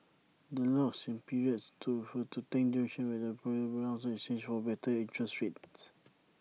the locks in periods refers to duration where A borrower is bound to A bank in exchange for better interest rates